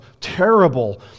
terrible